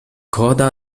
coda